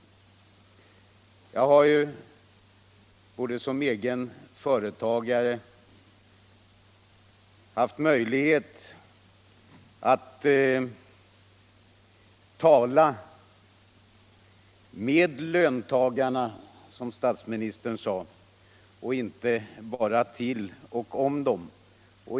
Jag har som egen företagare haft möjlighet att tala med löntagarna, som statsministern sade, och inte bara till och om dem.